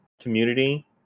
community